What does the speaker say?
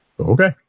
Okay